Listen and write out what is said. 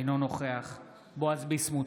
אינו נוכח בועז ביסמוט,